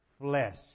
flesh